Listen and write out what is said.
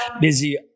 busy